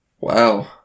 Wow